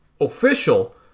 official